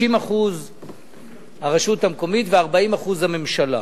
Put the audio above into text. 60% הרשות המקומית ו-40% הממשלה.